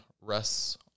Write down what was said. rests